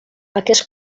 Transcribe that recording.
aquest